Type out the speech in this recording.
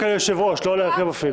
רק על היושב-ראש, לא על ההרכב אפילו.